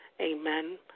Amen